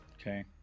Okay